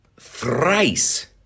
thrice